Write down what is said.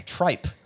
Tripe